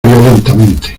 violentamente